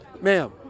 ma'am